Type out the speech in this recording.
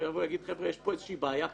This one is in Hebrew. ויגיד שיש פה איזושהי בעיה פלילית.